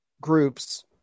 groups